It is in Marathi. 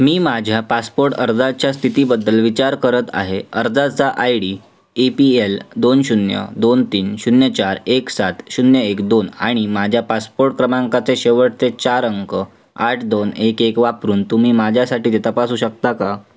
मी माझ्या पासपोर्ट अर्जाच्या स्थितीबद्दल विचार करत आहे अर्जाचा I D A P L दोन शून्य दोन तीन शून्य चार एक सात शून्य एक दोन आणि माझ्या पासपोर्ट क्रमांकाचे शेवटचे चार अंक आठ दोन एक एक वापरून तुम्ही माझ्यासाठी ते तपासू शकता का